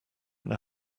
know